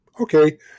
Okay